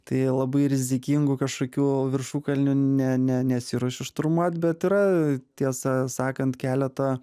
tai labai rizikingų kažkokių viršukalnių ne ne nesiruošiu šturmuot bet yra tiesą sakant keleta